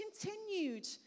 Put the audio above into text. continued